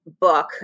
book